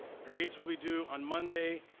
grades will be due on monday,